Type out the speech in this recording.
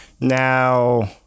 Now